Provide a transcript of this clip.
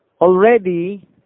already